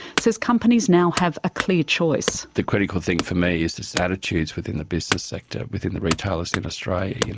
says companies now have a clear choice. the critical thing for me is just attitudes within the business sector, within the retailers in australia. you know